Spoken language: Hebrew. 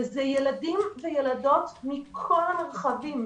ואלה ילדים וילדות מכל המרחבים.